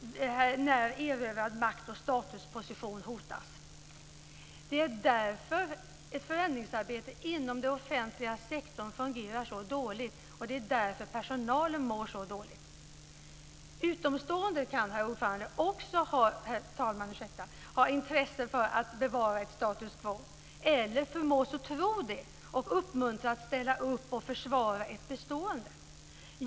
Erövrade makt och statuspositioner hotas. Det är därför ett förändringsarbete inom den offentliga sektorn fungerar så dåligt, och det är därför personalen mår så dåligt. Utomstående kan också, herr talman, ha intresse av att bevara status quo - eller förmås att tro det och uppmuntras att ställa upp och försvara ett bestående.